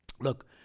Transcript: look